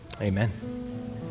Amen